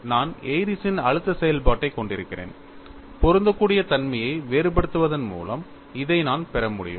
நான் ஏரிஸ்ன் Airy's அழுத்த செயல்பாட்டைக் கொண்டிருக்கிறேன் பொருந்தக்கூடிய தன்மையை வேறுபடுத்துவதன் மூலம் இதை நான் பெற முடியும்